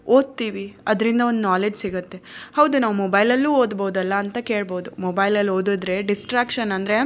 ಓದ್ತೀವಿ ಅದರಿಂದ ಒಂದು ನಾಲೆಜ್ ಸಿಗುತ್ತೆ ಹೌದು ನಾವು ಮೊಬೈಲಲ್ಲೂ ಓದ್ಬೋದು ಅಲ್ಲಾ ಅಂತ ಕೇಳ್ಬೋದು ಮೊಬೈಲಲ್ಲಿ ಓದಿದ್ರೆ ಡಿಸ್ಟ್ರಾಕ್ಷನ್ ಅಂದರೆ